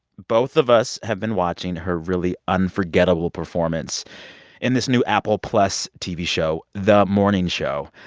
both of us have been watching her really unforgettable performance in this new apple plus tv show, the morning show.